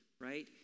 right